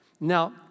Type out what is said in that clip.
Now